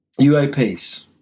UAPs